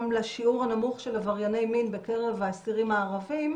לשיעור הנמוך של עברייני מין בקרב האסירים הערבים,